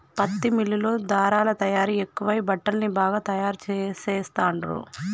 పత్తి మిల్లుల్లో ధారలా తయారీ ఎక్కువై బట్టల్ని బాగా తాయారు చెస్తాండ్లు